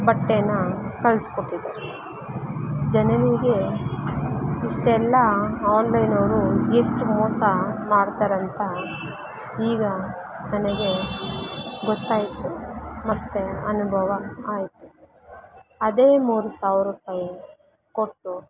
ಬಟ್ಟೆ ಕಳಿಸ್ಕೊಟ್ಟಿದ್ದಾರೆ ಜನರಿಗೆ ಇಷ್ಟೆಲ್ಲ ಆನ್ಲೈನವರು ಎಷ್ಟು ಮೋಸ ಮಾಡ್ತಾರಂತ ಈಗ ನನಗೆ ಗೊತ್ತಾಯಿತು ಮತ್ತು ಅನುಭವ ಆಯಿತು ಅದೇ ಮೂರು ಸಾವಿರ ರೂಪಾಯಿ ಕೊಟ್ಟು